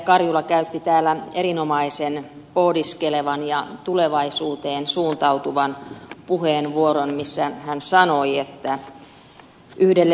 karjula käytti täällä erinomaisen pohdiskelevan ja tulevaisuuteen suuntautuvan puheenvuoron jossa hän sanoi että yhdelle sivulle on kilpistynyt tämä mietintö